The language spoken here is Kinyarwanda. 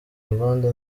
rwanda